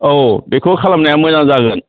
औ बेखौ खालामनाया मोजां जागोन